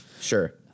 sure